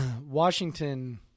Washington